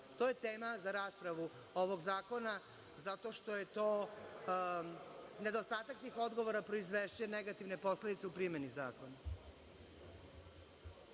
To je tema za raspravu ovog zakona zato što nedostatak svih odgovora proizvešće negativne posledice u primeni zakona.